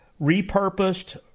repurposed